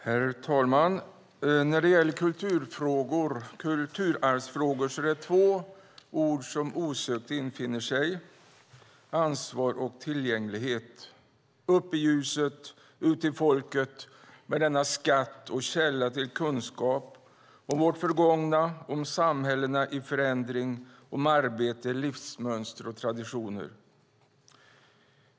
Herr talman! När det gäller kulturarvsfrågor är det två ord som osökt infinner sig: ansvar och tillgänglighet. Upp i ljuset, ut till folket med denna skatt och källa till kunskap om vårt förgångna, om samhällenas förändring, om arbete, livsmönster och traditioner!